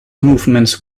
movements